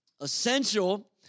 essential